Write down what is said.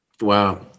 Wow